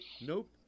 Nope